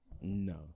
No